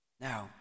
Now